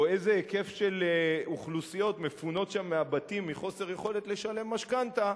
או איזה היקף של אוכלוסיות מפונות שם מהבתים מחוסר יכולת לשלם משכנתה,